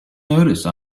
notice